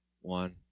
one